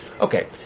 Okay